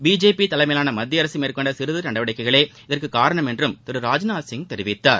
BJP தலைமையிலான மத்தியஅரசு மேற்கொண்ட சீர்திருத்த நடவடிக்கைகளே இதற்கு காரணம் என்று திரு ராஜ்நாத்சிங் தெரிவித்தார்